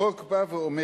החוק בא ואומר,